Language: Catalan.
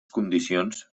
condicions